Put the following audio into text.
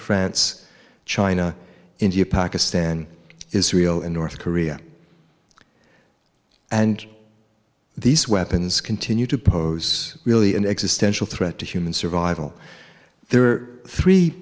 france china india pakistan israel and north korea and these weapons continue to pose really an existential threat to human survival there are three